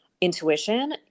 intuition